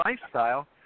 lifestyle